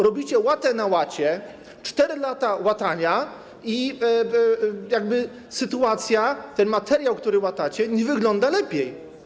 Robicie łatę na łacie, 4 lata łatania i jakby sytuacja, ten materiał, który łatacie, nie wygląda lepiej.